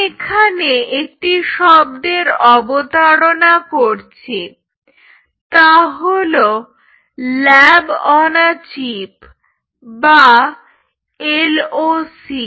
আমি এখানে একটি শব্দের অবতারণা করছি তা হলো ল্যাব অন এ চিপ বা LOC